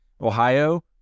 Ohio